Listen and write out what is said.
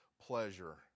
Pleasure